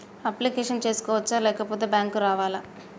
Application చేసుకోవచ్చా లేకపోతే bank రావాలా?